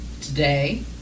today